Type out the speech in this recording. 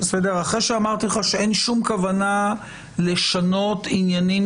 אחרי שאמרתי לך שאין שום כוונה לשנות עניינים